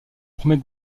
premier